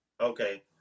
okay